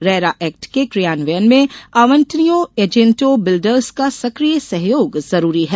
RERA act के क्रियान्वयन में आवंटियों एजेंटों बिल्डर्स का सक्रिय सहयोग जरूरी है